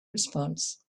response